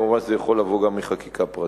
כמובן, זה יכול לבוא גם בחקיקה פרטית.